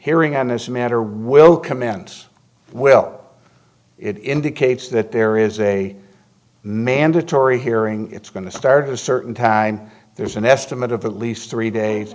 hearing on this matter will commence well it indicates that there is a mandatory hearing it's going to start a certain time there's an estimate of at least three days